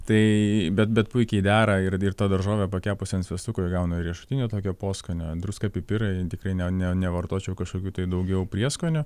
tai bet bet puikiai dera ir ir ta daržovė pakepusi ant sviestuko ji įgauna riešutinio tokio poskonio druska pipirai tikrai ne ne nevartočiau kažkokių tai daugiau prieskonių